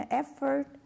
effort